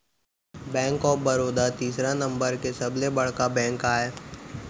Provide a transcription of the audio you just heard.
bank of Baroda तीसरा number के सबले बड़का बेंक आय